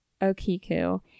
Okiku